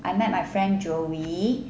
I met my friend joey